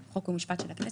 חוק ומשפט של הכנסת,